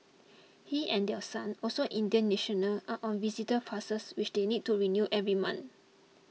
he and their son also an Indian national are on visitor passes which they need to renew every month